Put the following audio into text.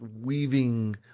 weaving